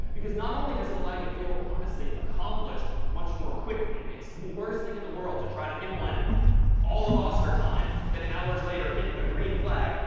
because not only does it allow you to feel honestly accomplished much more quickly it's the worst thing in the world to try to implement all of oscar time, then hours later hit the green flag,